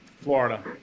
Florida